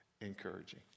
encouraging